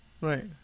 right